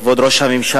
כבוד ראש הממשלה,